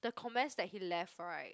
the comments that he left right